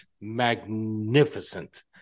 magnificent